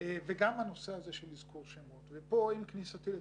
עם זאת,